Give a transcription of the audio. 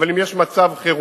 אבל אם יש מצב חירום?